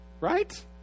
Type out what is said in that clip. Right